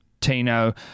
Tino